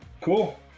cool